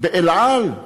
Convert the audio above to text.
ב"אל על",